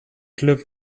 club